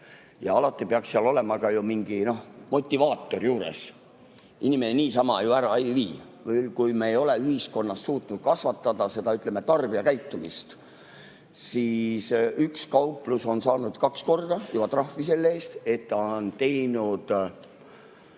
Ja alati peab seal olema mingi motivaator juures, inimene niisama ju ära ei vii, kui me ei ole ühiskonnas suutnud kasvatada seda, ütleme, tarbijakäitumist. Aga üks kauplus on saanud kaks korda juba trahvi selle eest, et ta on teinud